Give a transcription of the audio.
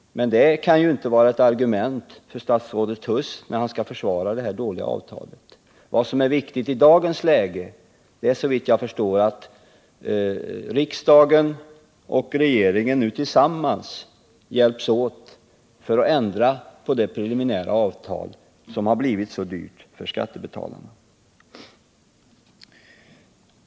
Men det kan ju inte vara ett argument för statsrådet Huss när han skall försvara det här dåliga avtalet. Vad som är viktigt i dagens läge är, såvitt jag förstår, att riksdagen och regeringen nu hjälps åt för att ändra på det preliminära avtal som har blivit så dyrt för skattebetalarna.